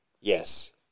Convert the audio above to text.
Yes